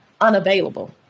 unavailable